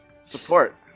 Support